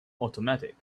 automatic